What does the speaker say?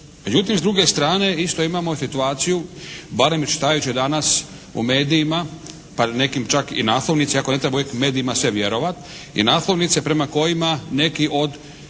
Međutim s druge strane isto imamo situaciju barem iščitavajući danas u medijima pa na nekim čak i naslovnici iako ne treba uvijek medijima sve vjerovati, i naslovnice prema kojima neki od